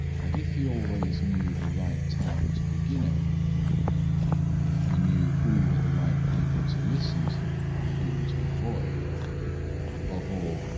that if he always knew the right time to begin everything if he knew who were the right people to listen to, and whom to avoid and, above all,